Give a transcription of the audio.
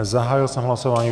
Zahájil jsem hlasování.